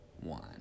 one